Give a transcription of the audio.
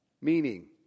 Meaning